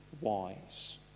wise